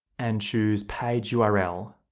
and choose page yeah url.